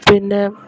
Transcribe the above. പിന്നെ